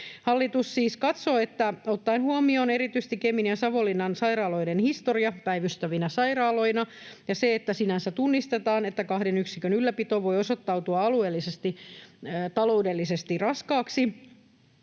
Hallitus siis katsoo, että ottaen huomioon erityisesti Kemin ja Savonlinnan sairaaloiden historian päivystävinä sairaaloina ja sen, että sinänsä tunnistetaan, että kahden yksikön ylläpito voi osoittautua alueellisesti taloudellisesti raskaaksi,